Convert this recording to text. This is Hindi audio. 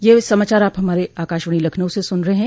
ब्रे क यह समाचार आप आकाशवाणी लखनऊ से सून रहे हैं